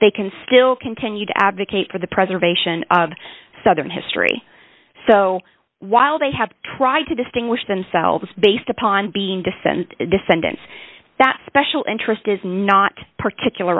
they can still continue to advocate for the preservation of southern history so while they have tried to distinguish themselves based upon being descent descendants that special interest is not particular